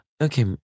okay